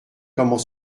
comment